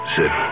Sit